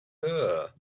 her